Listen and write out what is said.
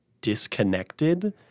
disconnected